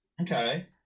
Okay